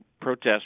protest